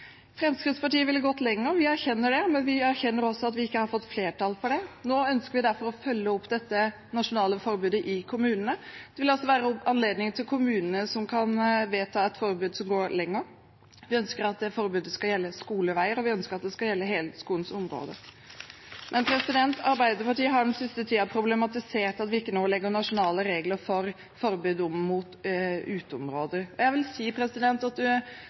Fremskrittspartiet ville gått lenger. Vi erkjenner det. Men vi erkjenner også at vi ikke har fått flertall for det. Nå ønsker vi derfor å følge opp dette nasjonale forbudet i kommunene. Det vil være anledning for kommunene til å kunne vedta et forbud som går lenger. Vi ønsker at forbudet skal gjelde skoleveier, og vi ønsker at det skal gjelde hele skoleområdet. Arbeiderpartiet har den siste tiden problematisert det at vi ikke nå legger nasjonale regler for forbud på uteområder. Jeg vil si at